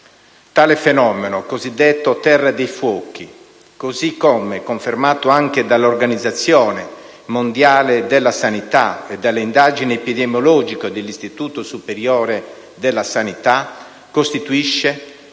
Il fenomeno cosiddetto terra dei fuochi, così come confermato anche dall'Organizzazione mondiale della sanità e dalle indagini epidemiologiche dell'Istituto superiore della sanità, costituisce